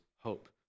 hope